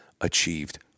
achieved